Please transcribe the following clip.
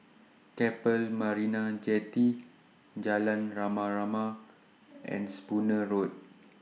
Keppel Marina Jetty Jalan Rama Rama and Spooner Road